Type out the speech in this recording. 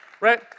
right